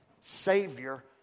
Savior